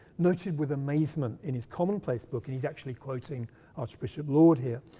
noted with amazement in his commonplace book and he's actually quoting archbishop laud here,